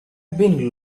been